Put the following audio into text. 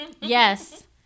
Yes